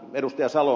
ihan ed